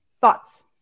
thoughts